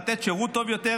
לתת שירות טוב יותר,